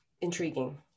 intriguing